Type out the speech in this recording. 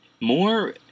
More